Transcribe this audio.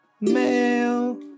mail